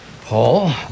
Paul